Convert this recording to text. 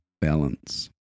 balance